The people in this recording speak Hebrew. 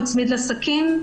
הוא הצמיד לה סכין,